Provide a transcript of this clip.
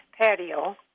patio